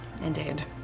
Indeed